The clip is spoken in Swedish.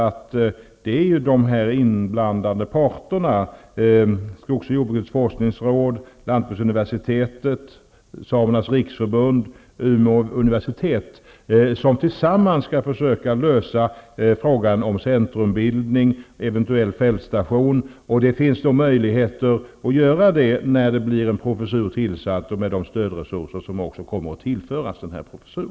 Det är de inblandade parterna -- skogs och jordbrukets forskningsråd, lantbruksuniversitetet, Samernas riksförbund och Umeå universitet -- som tillsammans skall försöka lösa frågan om centrumbildning och en eventuell fältstation. Det finns möjligheter att göra det när en professur tillsätts och med de stödresurser som kommer att tillföras denna professur.